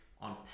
on